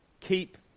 Keep